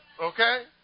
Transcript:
Okay